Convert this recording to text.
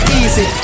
easy